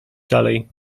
dalej